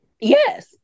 Yes